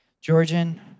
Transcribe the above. Georgian